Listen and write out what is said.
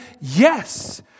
Yes